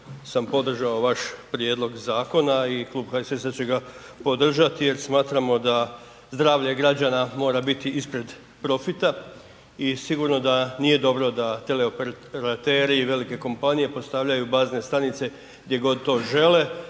sam podržao vaš prijedlog zakona i Klub HSS-a će ga podržat jer smatramo da zdravlje građana mora biti ispred profita i sigurno da nije dobro da teleoperateri i velike kompanije postavljaju bazne stanice gdje god to žele,